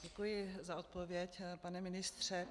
Děkuji za odpověď, pane ministře.